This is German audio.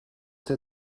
der